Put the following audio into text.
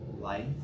life